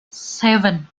seven